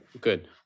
Good